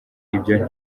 ibyo